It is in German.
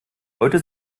heute